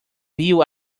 vio